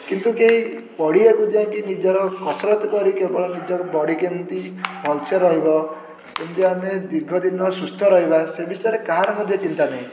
କିନ୍ତୁ କେହି ପଡ଼ିଆକୁ ଯାଇକି ନିଜର କସରତ କରିକି କେବଳ ନିଜର ବଡ଼ି କେମିତି ଭଲସେ ରହିବ କେମିତି ଆମେ ଦୀର୍ଘଦିନ ସୁସ୍ଥ ରହିବା ସେ ବିଷୟରେ କାହାର ମଧ୍ୟ ଚିନ୍ତା ନାହିଁ